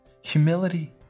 humility